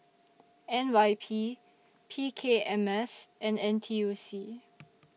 N Y P P K M S and N T U C